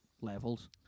levels